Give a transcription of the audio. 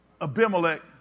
Abimelech